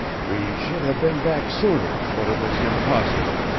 we should have been back sooner, but it was impossible.